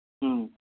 ꯎꯝ